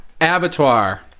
abattoir